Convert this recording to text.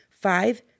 five